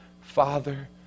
Father